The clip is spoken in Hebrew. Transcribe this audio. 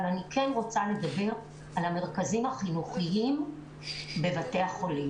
אני כן רוצה לדבר על המרכזים החינוכיים בבתי החולים.